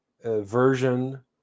version